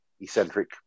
eccentric